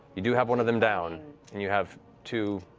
you do have one of them down, and you have two